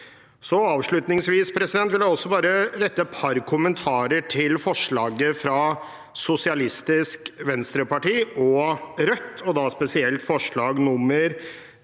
Avslutningsvis vil jeg også rette et par kommentarer til forslagene fra Sosialistisk Venstreparti og Rødt, og da spesielt forslag nr.